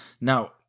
Now